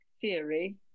theory